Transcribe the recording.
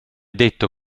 detto